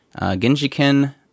Genjiken